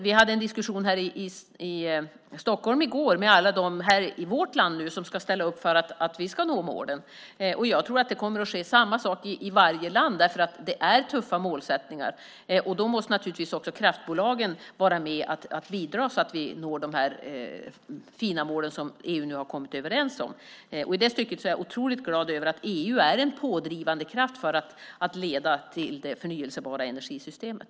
Vi hade en diskussion här i Stockholm i går med alla dem i vårt land som måste ställa upp för att vi ska nå målen. Jag tror att det kommer att ske samma sak i varje land, för det är tuffa målsättningar. Även kraftbolagen måste naturligtvis vara med och bidra så att vi når de fina mål som EU nu har kommit överens om. I det stycket är jag otroligt glad att EU är en pådrivande kraft som leder till det förnybara energisystemet.